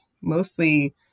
mostly